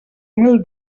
mil